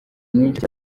mwinshi